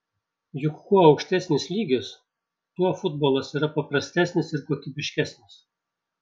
juk kuo aukštesnis lygis tuo futbolas yra paprastesnis ir kokybiškesnis